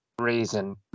reason